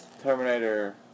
Terminator